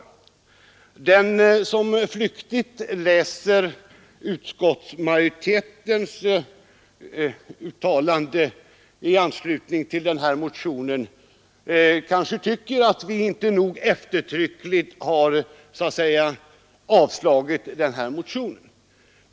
Den som flyktigt läser utskottsmajoritetens uttalande i anslutning till motionen kanske tycker att vi inte nog eftertryckligt har avstyrkt motionen.